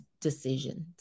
decisions